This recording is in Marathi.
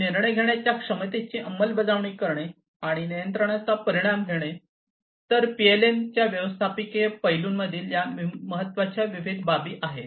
आणि निर्णय घेण्याच्या क्षमतेची अंमलबजावणी करणे आणि नियंत्रणाचा परिणाम घेणेतर पीएलएम च्या व्यवस्थापकीय पैलून मधील या काही विविध महत्त्वाच्या बाबी आहेत